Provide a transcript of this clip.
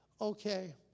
Okay